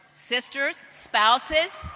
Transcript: sisters, spouses,